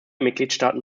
mitgliedstaaten